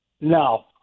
No